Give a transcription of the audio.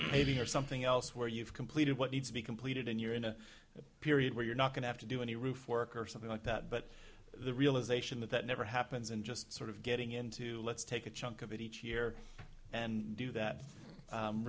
maybe or something else where you've completed what needs to be completed and you're in a period where you're not going to have to do any roof work or something like that but the realisation that that never happens and just sort of getting into let's take a chunk of it each year and do that